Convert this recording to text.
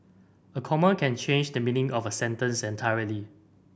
a comma can change the meaning of a sentence entirely